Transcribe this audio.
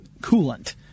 coolant